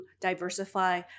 diversify